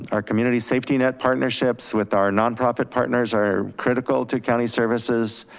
our community safety net partnerships with our nonprofit partners are critical to county services,